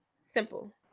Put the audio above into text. Simple